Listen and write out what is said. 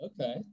Okay